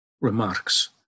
remarks